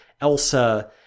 Elsa